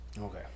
Okay